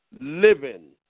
living